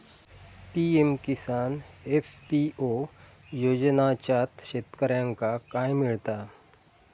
PM Kisan FPO योजनाच्यात शेतकऱ्यांका काय मिळता?